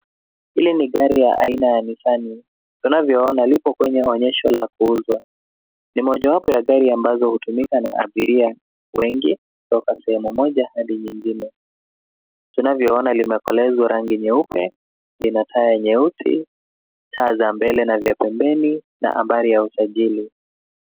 Hili ni gari ya aina ya Nissan, tunavyoona lipo kwenye onyesho la kuuzwa, ni mojawapo ya gari ambazo hutumika na abiria wengi kutoka sehemu moja hadi nyingine, tunavyoona limekolezwa rangi nyeupe lina taa nyesui, taa za mbele na vya pembeni na nambari ya usajili.